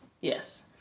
Yes